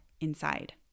inside